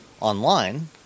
online